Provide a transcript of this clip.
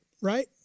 right